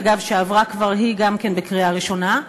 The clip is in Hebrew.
שעברה גם היא כבר בקריאה ראשונה,